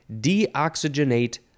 deoxygenate